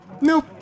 Nope